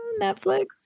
Netflix